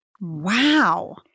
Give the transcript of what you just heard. Wow